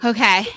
Okay